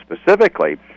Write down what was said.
specifically